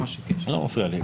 לי זה לא מפריע.